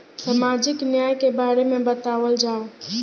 सामाजिक न्याय के बारे में बतावल जाव?